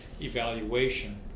evaluation